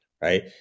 right